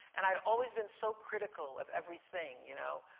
and i had always been so critical of everything, you know,